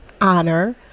honor